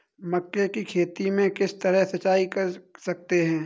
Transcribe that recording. मक्के की खेती में किस तरह सिंचाई कर सकते हैं?